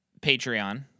Patreon